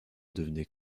devenait